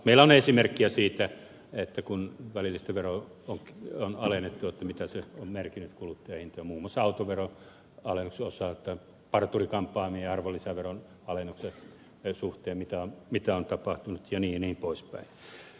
meillä on esimerkkejä siitä että kun välillisiä veroja on alennettu mitä se on merkinnyt kuluttajahintoihin muun muassa autoveron alennuksen osalta parturi kampaamojen arvonlisä veron alennuksen suhteen mitä on tapahtunut jnp